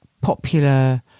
popular